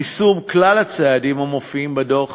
יישום כלל הצעדים המופיעים בדוח